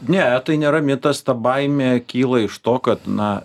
ne tai nėra mitas ta baimė kyla iš to kad na